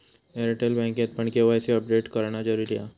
Airtel बँकेतपण KYC update करणा जरुरी हा